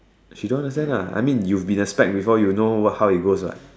she don't understand ah I mean you've been a spec before what how you goes what